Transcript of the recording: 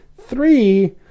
Three